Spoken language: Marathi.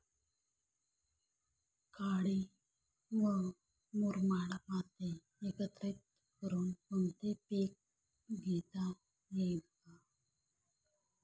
काळी व मुरमाड माती एकत्रित करुन कोणते पीक घेता येईल का?